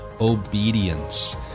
obedience